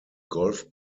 golf